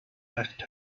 asked